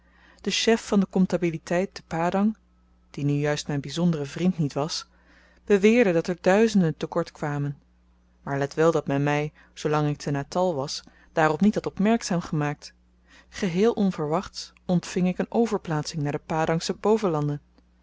de chef van de komptabiliteit te padang die nu juist myn byzondere vriend niet was beweerde dat er duizenden te kort kwamen maar let wel dat men my zoolang ik te natal was daarop niet had opmerkzaam gemaakt geheel onverwachts ontving ik een overplaatsing naar de padangsche